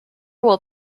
will